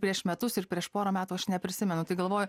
prieš metus ir prieš porą metų aš neprisimenu tai galvoju